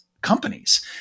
companies